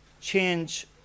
change